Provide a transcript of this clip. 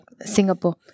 Singapore